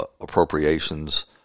appropriations